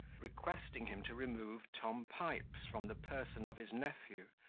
requesting him to remove tom pipes from the person of his nephew,